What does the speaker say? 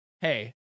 Hey